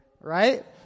Right